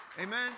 Amen